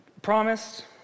promised